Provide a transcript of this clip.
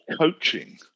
coaching